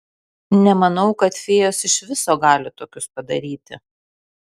nemanau kad fėjos iš viso gali tokius padaryti